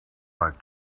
like